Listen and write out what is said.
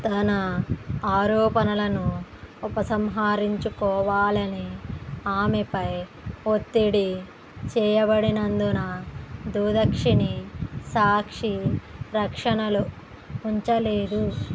తన ఆరోపణలను ఉపసంహరించుకోవాలని ఆమెపై ఒత్తిడి చేయబడినందున దుదషిని సాక్షి రక్షణలో ఉంచలేదు